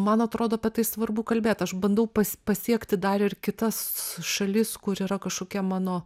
man atrodo apie tai svarbu kalbėt aš bandau pasiekti dar ir kitas šalis kur yra kažkokie mano